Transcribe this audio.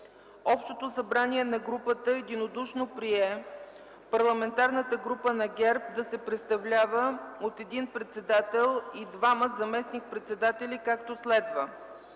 Общото събрание на групата единодушно прие Парламентарната група на ГЕРБ да се представлява от един председател и двама заместник-председатели, както следва: